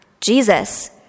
Jesus